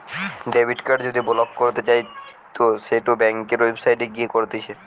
debit card যদি block করতে চাইতো সেটো ব্যাংকের ওয়েবসাইটে গিয়ে করতিছে